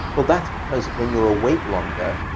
well, that's because when you're awake longer,